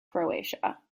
croatia